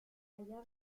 allá